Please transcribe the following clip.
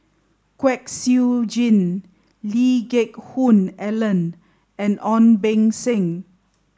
Kwek Siew Jin Lee Geck Hoon Ellen and Ong Beng Seng